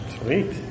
Sweet